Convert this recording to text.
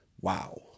Wow